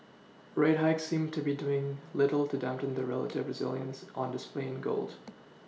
rate hikes seem to be doing little to dampen the relative resilience on display in gold